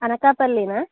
అనకాపల్లినా